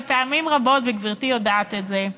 ופעמים רבות, וגברתי יודעת את זה,